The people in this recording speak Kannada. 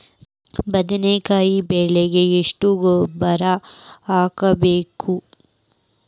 ಬದ್ನಿಕಾಯಿ ಬೆಳಿಗೆ ಎಷ್ಟ ಗೊಬ್ಬರ ಹಾಕ್ಬೇಕು?